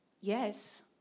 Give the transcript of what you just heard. Yes